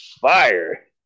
fire